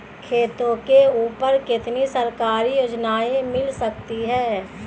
खेतों के ऊपर कितनी सरकारी योजनाएं मिल सकती हैं?